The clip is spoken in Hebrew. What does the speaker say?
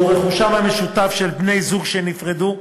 של בני-זוג שנפרדו.